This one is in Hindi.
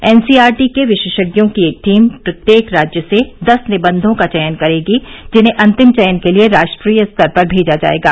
एनसीईआरटी के विशेषज्ञों की एक टीम प्रत्येक राज्य से दस निबंधों का चयन करेगी जिन्हें अंतिम चयन के लिए राष्ट्रीय स्तर पर मेजा जाएगा